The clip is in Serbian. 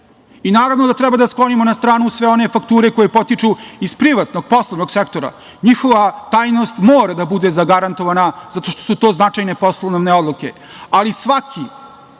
Naravno da treba da sklonimo na stranu sve one fakture koje potiču iz privatnog poslovnog sektora, njihova tajnost mora da bude zagarantovana zato što su to značajne poslovne odluke,